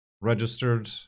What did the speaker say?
registered